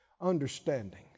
understanding